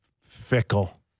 fickle